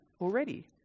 already